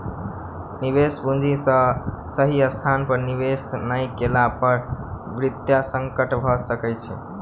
निवेश पूंजी के सही स्थान पर निवेश नै केला पर वित्तीय संकट भ सकै छै